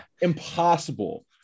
impossible